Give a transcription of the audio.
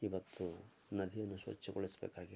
ಇವತ್ತು ನದಿಯನ್ನು ಸ್ವಚ್ಛಗೊಳಿಸಬೇಕಾಗಿದೆ